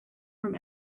from